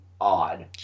odd